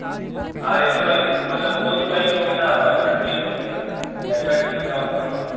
हाँ बाइक मतलब कोई भी बाइक लोगे ना आपको हेलमेट फ़्री में मिलेगा हेलमेट की चिंता मत करो आप